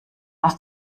aus